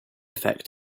effect